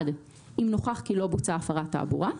אם נוכח כי לא בוצעה הפרת תעבורה.